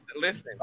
listen